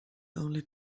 only